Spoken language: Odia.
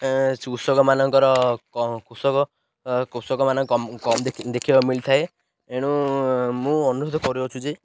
କୃଷକମାନଙ୍କର କୃଷକ କୃଷକମାନ କମ୍ ଦେଖିବାକୁ ମିଳିଥାଏ ଏଣୁ ମୁଁ ଅନୁରୋଧ କରୁଅଛୁ ଯେ